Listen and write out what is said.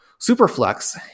Superflex